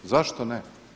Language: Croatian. Zašto ne?